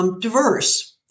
diverse